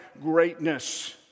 greatness